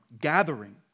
gathering